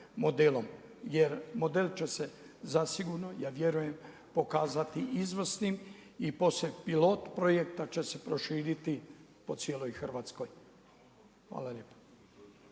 Jer model će se zasigurno ja vjerujem pokazati izvrsnim i poslije pilot projekta će se proširiti po cijeloj Hrvatskoj. Hvala lijepa.